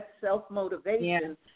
self-motivation